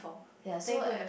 ya so